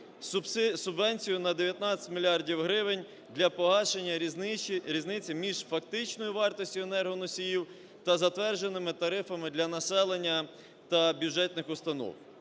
субвенцію на 19 мільярдів гривень для погашення різниці між фактичною вартістю енергоносіїв та затвердженими тарифами для населення та бюджетних установ.